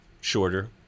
shorter